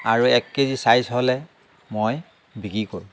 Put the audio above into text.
আৰু এক K G size হ'লে মই বিক্ৰী কৰোঁ